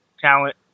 talent